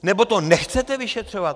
Nebo to nechcete vyšetřovat?